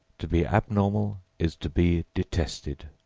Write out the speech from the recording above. to be abnormal is to be detested.